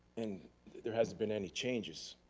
and there hasn't been any changes.